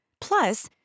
Plus